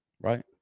right